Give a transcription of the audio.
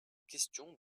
question